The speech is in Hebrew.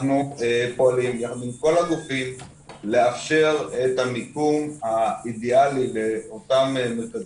אנחנו פועלים יחד עם כל הגופים לאפשר את המיקום האידיאלי לאותם מרכזים,